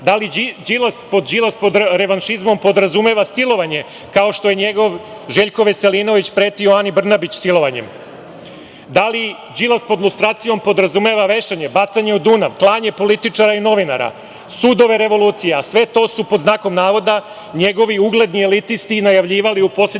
mahinacije. Da li Đilas pod revanšizmom podrazumeva silovanje, kao što je njegov Željko Veselinović pretio Ani Brnabić, silovanjem? Da li Đilas pod lustracijom podrazumeva vešanje, bacanje u Dunav, klanje političara i novinara, sudove revolucija? Sve to su pod znakom navoda njegovi ugledni elitisti najavljivali u poslednje